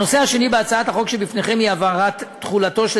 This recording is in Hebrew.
הנושא השני בהצעת החוק שבפניכם הוא הבהרת תחולתו של